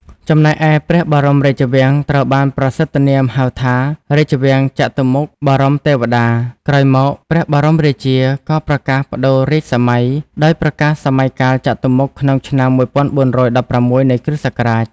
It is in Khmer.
ចំណែកឯព្រះបរមរាជវាំងត្រូវបានប្រសិដ្ឋនាមហៅថា "រាជវាំងចតុមុខបរមទេវតា" ក្រោយមក ព្រះបរមរាជា ក៏ប្រកាសប្ដូររាជសម័យ ដោយប្រកាសសម័យកាលចតុមុខ ក្នុងឆ្នាំ ១៤១៦ នៃគ.សករាជ ។